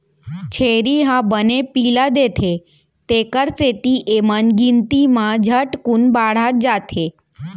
छेरी ह बने पिला देथे तेकर सेती एमन गिनती म झटकुन बाढ़त जाथें